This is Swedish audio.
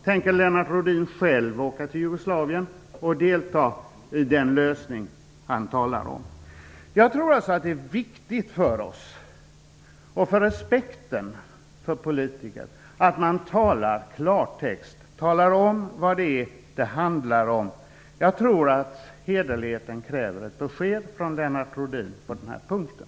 Tänker Lennart Rohdin själv åka till Jugoslavien och delta i den lösning han talar om? Jag tror att det är viktigt, när det gäller respekten för oss som politiker, att vi talar klartext, att vi talar om vad det handlar om. Jag tror att hederligheten kräver ett besked från Lennart Rohdin på den här punkten.